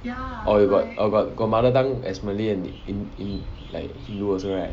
or you got got mother tongue as malay and in~ in~ like hindu also right